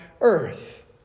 earth